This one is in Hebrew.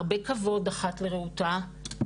הרבה כבוד אחת לרעותה.